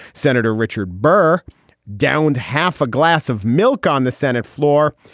senator richard burr downed half a glass of milk on the senate floor,